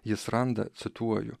jis randa cituoju